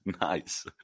nice